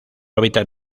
hábitat